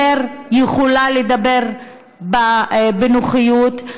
יכולה לדבר בה יותר בנוחות.